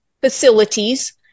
facilities